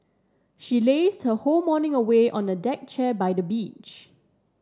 she lazed her whole morning away on a deck chair by the beach